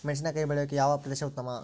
ಮೆಣಸಿನಕಾಯಿ ಬೆಳೆಯೊಕೆ ಯಾವ ಪ್ರದೇಶ ಉತ್ತಮ?